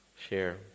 share